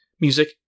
music